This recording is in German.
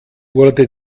wurde